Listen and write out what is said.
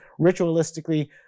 ritualistically